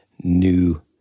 new